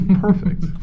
perfect